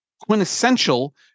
quintessential